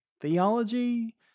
Theology